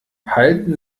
halten